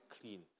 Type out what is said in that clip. clean